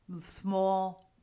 small